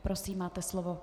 Prosím, máte slovo.